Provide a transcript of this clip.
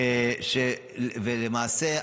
למעשה.